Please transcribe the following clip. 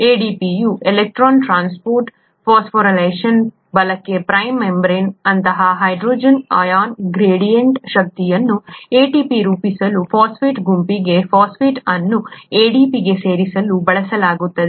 ADP ಯ electron transport phosphorylation ಬಲಕ್ಕೆ prime membrane ಆದಂತಹ ಹೈಡ್ರೋಜನ್ ಅಯಾನ್ ಗ್ರೇಡಿಯಂಟ್ನ ಶಕ್ತಿಯನ್ನು ATP ರೂಪಿಸಲು ಫಾಸ್ಫೇಟ್ ಗುಂಪಿಗೆ ಫಾಸ್ಫೇಟ್ ಅನ್ನು ADP ಗೆ ಸೇರಿಸಲು ಬಳಸಲಾಗುತ್ತದೆ